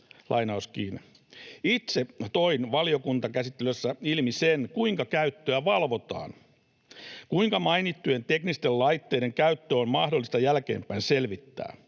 Itse toin valiokuntakäsittelyssä ilmi sen, kuinka käyttöä valvotaan, kuinka mainittujen teknisten laitteiden käyttö on mahdollista jälkeenpäin selvittää,